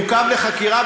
עוכב לחקירה,